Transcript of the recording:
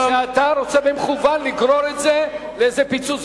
נראה לי שאתה רוצה במכוון לגרור את זה לאיזה פיצוץ,